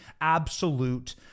absolute